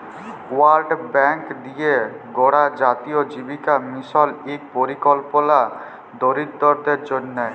world Bank দিঁয়ে গড়া জাতীয় জীবিকা মিশল ইক পরিকল্পলা দরিদ্দরদের জ্যনহে